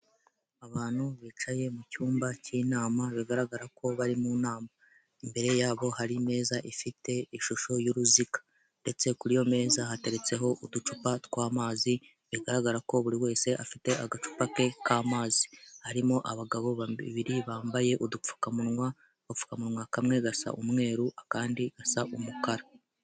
Abantu bicaye mu cyumba cy'inama bigaragara ko bari mu nama. Imbere yabo hari meza ifite ishusho y'uruziga, Ndetse kuri iyo meza hateretseho uducupa tw'amazi bigaragara ko buri wese afite agacupa ke k'amazi. Harimo abagabo babiri bambaye udupfukamunwa, bapfukamunwa kamwe gasa umweru akandi gasa umukara.